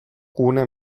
gune